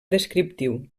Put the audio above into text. descriptiu